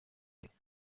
imbere